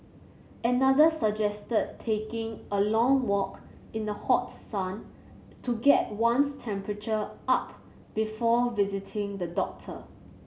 another suggested taking a long walk in the hot sun to get one's temperature up before visiting the doctor